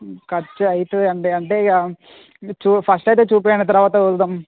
ఖర్చు అవుతుంది అండి అంటే ఇక చూప్ ఫస్ట్ అయితే చూపించండి తరువాత చూద్దాము